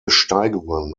steigungen